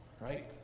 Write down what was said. Right